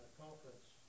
conference